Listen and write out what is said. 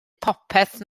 popeth